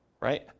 Right